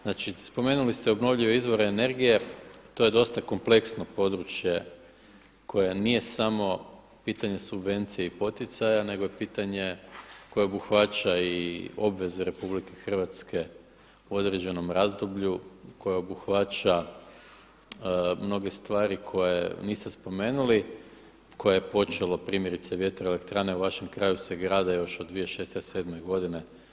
Znači spomenuli ste obnovljive izvore energije, to je dosta kompleksno područje koje nije samo pitanje subvencije i poticaja, nego je pitanje koje obuhvaća i obveze Republike Hrvatske u određenom razdoblju, koje obuhvaća mnoge stvari koje niste spomenuli, koje je počelo primjerice vjetroelektrane u vašem kraju se grade još od 2006., sedme godine.